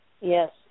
Yes